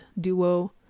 duo